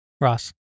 Ross